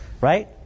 right